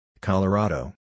Colorado